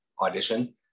audition